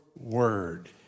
word